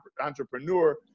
entrepreneur